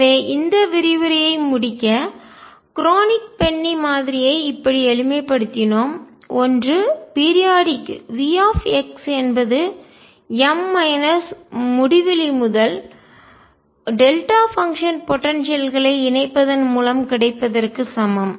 எனவே இந்த விரிவுரையை முடிக்க குரோனிக் பென்னி மாதிரியை இப்படி எளிமைப்படுத்தினோம் ஒன்று பீரியாடிக் V என்பது m மைனஸ் முடிவிலி முதல் டெல்டா பங்ஷன் போடன்சியல் ஆற்றல் களை இணைப்பதன் மூலம் கிடைப்பதற்கு சமம்